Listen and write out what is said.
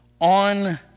on